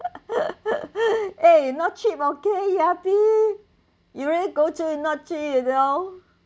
eh not cheap okay E_R_P you really go through it not cheap you know